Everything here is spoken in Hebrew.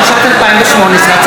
התשע"ט 2018,